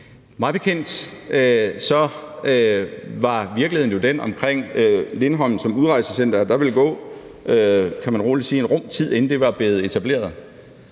Mig bekendt er virkeligheden jo dén omkring Lindholm som udrejsecenter, at der ville gå en rum tid, kan man rolig sige, inden det var blevet etableret.